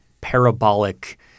parabolic